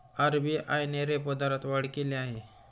RBI ने repo दरात वाढ केली आहे